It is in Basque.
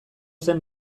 zen